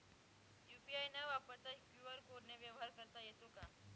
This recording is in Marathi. यू.पी.आय न वापरता क्यू.आर कोडने व्यवहार करता येतो का?